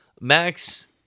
Max